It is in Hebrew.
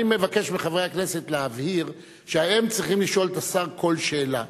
אני מבקש מחברי הכנסת להבהיר שהם צריכים לשאול את השר כל שאלה.